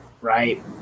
right